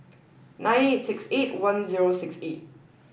night eight six eight one zero six eight